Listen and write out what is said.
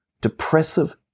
depressive